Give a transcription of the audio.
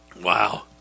Wow